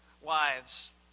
wives